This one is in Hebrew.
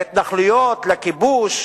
להתנחלויות, לכיבוש,